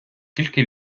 тільки